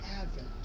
Advent